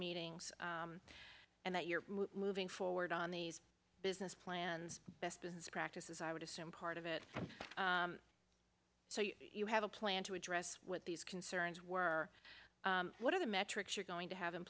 meetings and that you're moving forward on these business plans best practices i would assume part of it so you have a plan to address what these concerns were what are the metrics you're going to have in